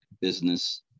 business